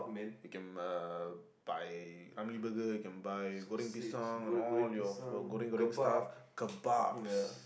we can uh buy Ramly Burger you can buy goreng pisang and all your goreng goreng stuff kebabs